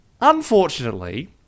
Unfortunately